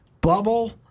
bubble